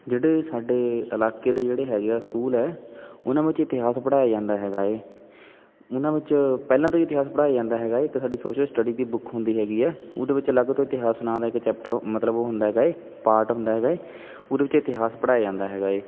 ਜਿਹੜੇ ਸਾਡੇ ਇਲਾਕੇ ਦੇ ਜਿਹੜੇ ਹੈਗੇ ਆ ਸਕੂਲ ਹੈ ਉਹਨਾਂ ਵਿੱਚ ਇਤਿਹਾਸ ਪੜ੍ਹਾਇਆ ਜਾਂਦਾ ਹੈਗਾ ਏ ਉਹਨਾਂ ਵਿੱਚ ਪਹਿਲਾਂ ਤੋਂ ਹੀ ਇਤਿਹਾਸ ਪੜ੍ਹਾਇਆ ਜਾਂਦਾ ਹੈਗਾ ਏ ਇੱਕ ਸਾਡੀ ਸੋਸ਼ਲ ਸਟੱਡੀ ਦੀ ਬੁੱਕ ਹੁੰਦੀ ਹੈਗੀ ਏ ਉਹਦੇ ਵਿੱਚ ਅਲੱਗ ਤੋਂ ਇਤਿਹਾਸ ਨਾਂ ਦਾ ਇੱਕ ਚੈਪਟਰ ਮਤਲਬ ਉਹ ਹੁੰਦਾ ਹੈਗਾ ਏ ਪਾਰਟ ਹੁੰਦਾ ਹੈਗਾ ਏ ਉਹਦੇ ਵਿੱਚ ਇਤਿਹਾਸ ਪੜ੍ਹਾਇਆ ਜਾਂਦਾ ਹੈਗਾ ਏ